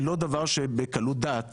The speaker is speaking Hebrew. זה לא דבר שבקלות דעת